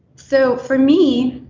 so for me,